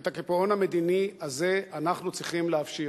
ואת הקיפאון המדיני הזה אנחנו צריכים להפשיר.